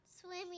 swimming